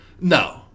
No